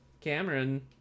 Cameron